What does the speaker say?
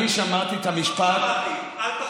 אל תחזור בך, הכול בסדר.